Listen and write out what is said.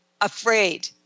afraid